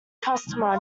customer